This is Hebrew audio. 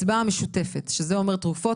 "הקצבה המשותפת שזה אומר תרופות,